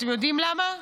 אתם יודעים למה?